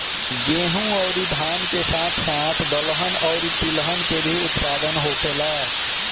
गेहूं अउरी धान के साथ साथ दहलन अउरी तिलहन के भी उत्पादन होखेला